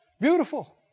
beautiful